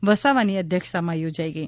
વસાવાની અધ્યક્ષતામાં યોજાઇ ગઈ